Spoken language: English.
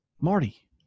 Marty